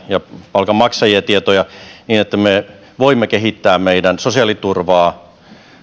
ja palkanmaksajien tietoja niin että me voimme kehittää meidän sosiaaliturvaa